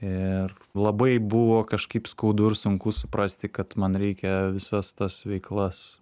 ir labai buvo kažkaip skaudu ir sunku suprasti kad man reikia visas tas veiklas